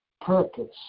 purpose